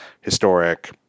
Historic